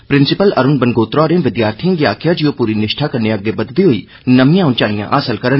principal Arun Bangotra होरें विद्यार्थिएं गी आखेआ जे ओह् पूरी निष्ठा कन्नै अग्गे बधदे होई नमियां उंचाईयां हासल करन